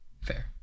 Fair